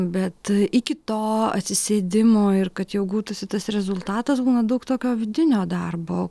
bet iki to atsisėdimo ir kad jau gautųsi tas rezultatas būna daug tokio vidinio darbo